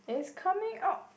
it's coming out